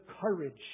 courage